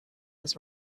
was